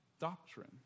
doctrine